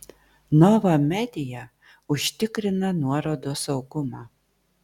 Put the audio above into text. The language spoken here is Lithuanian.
nova media užtikrina nuorodos saugumą